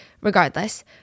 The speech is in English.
regardless